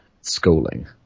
schooling